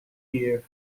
here